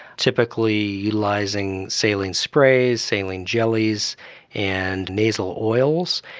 typically utilising saline sprays, saline jellies and nasal oils.